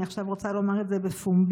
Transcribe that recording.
ואני עכשיו רוצה לומר את זה בפומבי: